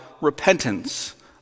repentance